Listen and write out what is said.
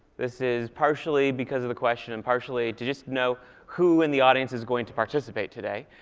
this is partially because of the question, and partially to just know who in the audience is going to participate today.